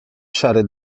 szary